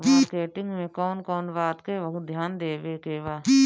Marketing मे कौन कौन बात के बहुत ध्यान देवे के बा?